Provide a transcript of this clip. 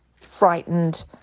frightened